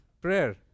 prayer